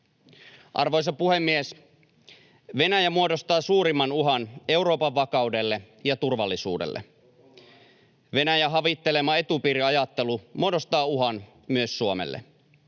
Arvoisa puhemies! Venäjä muodostaa suurimman uhan Euroopan vakaudelle ja turvallisuudelle. [Ben Zyskowicz: Koko maailmalle!] Venäjän havittelema etupiiriajattelu muodostaa uhan myös Suomelle.